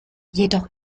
jedoch